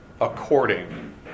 according